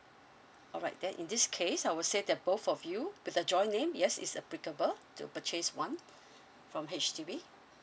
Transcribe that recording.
alright then in this case I would say that both of you with a joint name yes it's applicable to purchase one from H_D_B